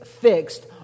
fixed